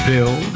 Bill